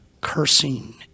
cursing